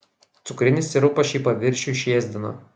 cukrinis sirupas šį paviršių išėsdina